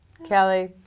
Kelly